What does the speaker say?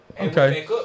Okay